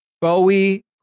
Bowie